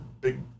big